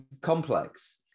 complex